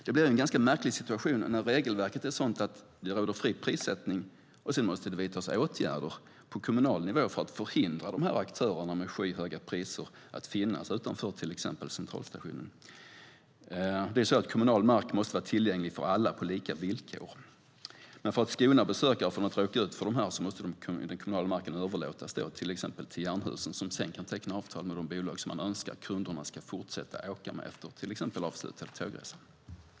Det blir en ganska märklig situation när regelverket är sådant att det råder fri prissättning, och sedan måste det vidtas åtgärder på kommunal nivå för att förhindra aktörer med skyhöga priser att finnas utanför till exempel centralstationen. Kommunal mark måste vara tillgänglig för alla på lika villkor. För att skona besökare från att råka ut för detta måste den kommunala marken överlåtas till exempelvis Jernhusen, som sedan kan teckna avtal med de taxibolag som man önskar att kunderna ska fortsätta åka med efter avslutad tågresa.